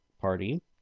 Party